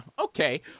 Okay